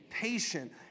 patient